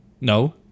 No